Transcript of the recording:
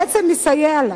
בעצם יסייע לה.